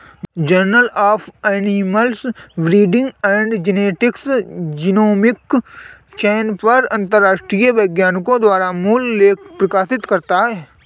journal of animal breeding and genetics genomic चयन पर अंतरराष्ट्रीय वैज्ञानिकों द्वारा मूल लेख प्रकाशित करता है